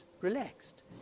relaxed